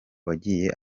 wagiye